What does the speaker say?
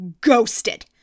Ghosted